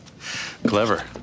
Clever